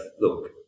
look